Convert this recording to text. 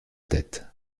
tête